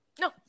no